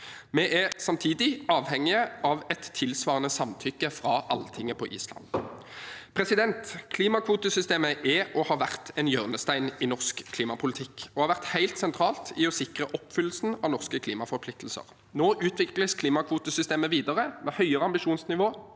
Vi er samtidig avhengige av et tilsvarende samtykke fra Alltinget på Island. Klimakvotesystemet er og har vært en hjørnestein i norsk klimapolitikk og har vært helt sentralt i å sikre oppfyllelsen av norske klimaforpliktelser. Nå utvikles klimakvotesystemet videre, med høyere ambisjonsnivå